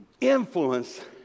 influence